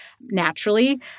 naturally